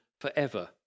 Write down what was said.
forever